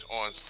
on